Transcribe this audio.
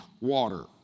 water